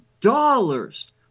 dollars